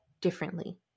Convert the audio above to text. differently